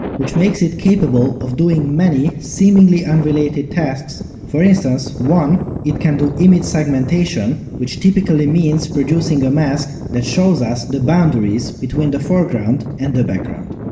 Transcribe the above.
which makes it capable of doing many seemingly unrelated tasks, for instance, one, it can do image segmentation, which typically means producing a mask that shows us the boundaries between the foreground and background.